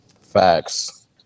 Facts